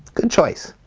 good choice.